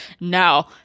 no